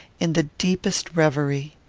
in the deepest reverie.